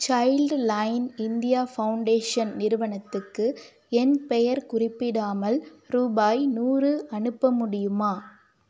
child line India foundation நிறுவனத்துக்கு என் பெயர் குறிப்பிடாமல் ரூபாய் நூறு அனுப்ப முடியுமா